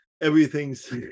everything's